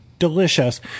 delicious